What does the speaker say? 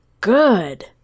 good